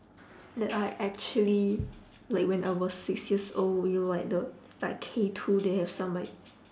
that I actually like when I was six years old you know like the like K two they have some like